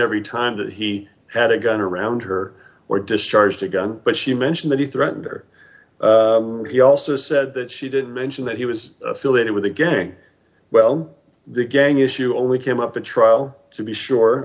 every time that he had a gun around her or discharged a gun but she mentioned that he threatened her he also said that she didn't mention that he was affiliated with a gang well the gang issue and we came up the trial to be